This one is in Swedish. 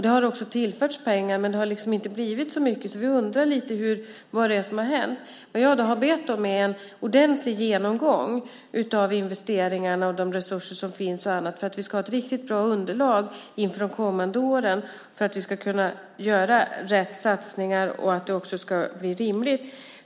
Det har också tillförts pengar. Men det har inte blivit så mycket. Så vi undrar lite vad det är som har hänt. Jag har bett om en ordentlig genomgång av investeringarna, de resurser som finns och annat för att vi ska ha ett riktigt bra underlag inför de kommande åren så att vi ska kunna göra rätt satsningar och att det också ska bli rimligt.